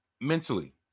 mentally